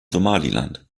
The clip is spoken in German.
somaliland